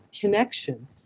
connection